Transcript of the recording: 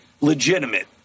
legitimate